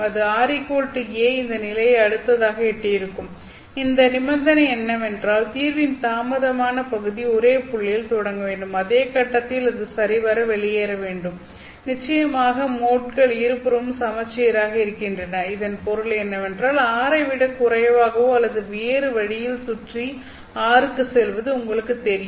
அது ra இந்த நிலையை அடுத்ததாக எட்டியிருக்கும் இந்த நிபந்தனை என்னவென்றால் தீர்வின் தாமதமான பகுதி ஒரே புள்ளியில் தொடங்க வேண்டும் அதே கட்டத்தில் அது சரிவாக வெளியேற வேண்டும் நிச்சயமாக மோட்கள் இருபுறமும் சமச்சீராக இருக்கின்றன இதன் பொருள் என்னவென்றால் r ஐ விட குறைவாகவோ அல்லது வேறு வழியில் சுற்றி r க்கு செல்வது உங்களுக்குத் தெரியும்